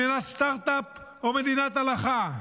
מדינת סטרטאפ או מדינת הלכה,